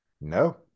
No